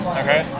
okay